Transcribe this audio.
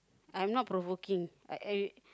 I'm not provoking I I